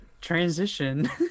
transition